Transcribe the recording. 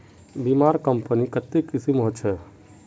बीमार कंपनी कत्ते किस्म होछे